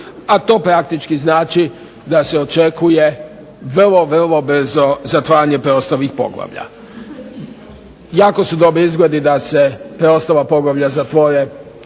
a to praktički znači da se očekuje vrlo, vrlo brzo zatvaranje preostalih poglavlja. Jako su dobri izgledi da se preostala poglavlja zatvore